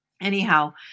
Anyhow